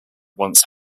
once